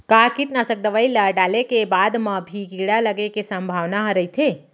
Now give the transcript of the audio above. का कीटनाशक दवई ल डाले के बाद म भी कीड़ा लगे के संभावना ह रइथे?